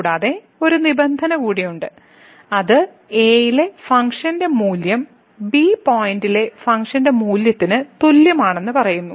കൂടാതെ ഒരു നിബന്ധന കൂടി ഉണ്ട് അത് a ലെ ഫംഗ്ഷൻ മൂല്യം b പോയിന്റിലെ ഫംഗ്ഷൻ മൂല്യത്തിന് തുല്യമാണെന്ന് പറയുന്നു